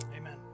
amen